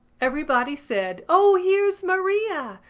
everybody said o, here's maria!